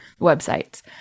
websites